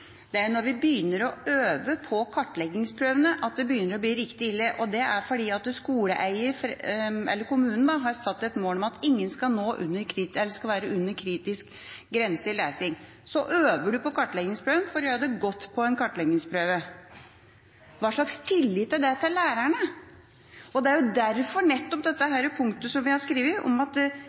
begynner å bli riktig ille. Det er fordi kommunen har satt et mål om at ingen skal være under kritisk grense i lesing. Så øver man på kartleggingsprøven for å gjøre det godt på en kartleggingsprøve. Hva slags tillit er det til lærerne? Det er nettopp derfor det punktet som vi har skrevet om at